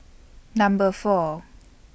Number four